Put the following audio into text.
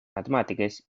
matemàtiques